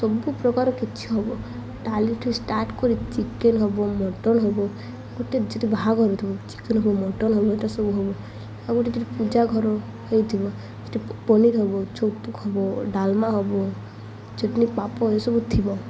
ସବୁ ପ୍ରକାର କିଛି ହବ ଡାଲି ଠୁ ଷ୍ଟାର୍ଟ କରି ଚିକେନ ହବ ମଟନ ହବ ଗୋଟେ ଯଦି ବାହାଘର ଥିବ ଚିକେନ ହବ ମଟନ ହବ ଏଟ ସବୁ ହବ ଆଉ ଗୋଟେ ଯଦି ପୂଜା ଘର ହେଇଥିବ ସେଠି ପନିର ହବ ଛତୁ ହବ ଡାଲମା ହବ ଚଟଣି ପାପଡ଼ ଏସବୁ ଥିବ